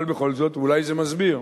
אבל בכל זאת, ואולי זה מסביר,